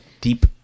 deep